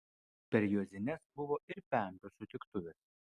per juozines buvo ir pempių sutiktuvės